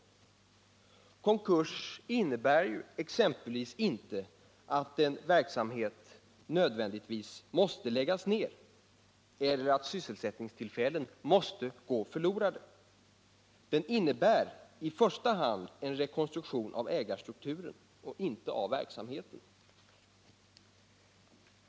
En konkurs innebär ju exempelvis inte att en verksamhet nödvändigtvis måste läggas ner eller att sysselsättningstillfällen måste gå förlorade. Den innebär i första hand en rekonstruktion av ägarstrukturen — inte av verksamheten.